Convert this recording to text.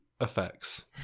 effects